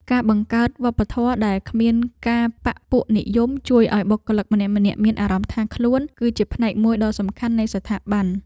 ការបង្កើតវប្បធម៌ដែលគ្មានការបក្សពួកនិយមជួយឱ្យបុគ្គលិកម្នាក់ៗមានអារម្មណ៍ថាខ្លួន គឺជាផ្នែកមួយដ៏សំខាន់នៃស្ថាប័ន។